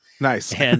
Nice